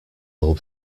will